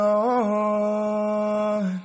on